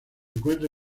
encuentra